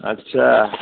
अच्छा